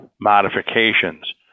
modifications